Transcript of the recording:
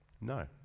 No